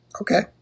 Okay